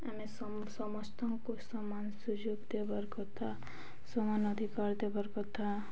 ଆମେ ସମସ୍ତଙ୍କୁ ସମାନ ସୁଯୋଗ ଦେବାର୍ କଥା ସମାନ ଅଧିକାର ଦେବାର୍ କଥା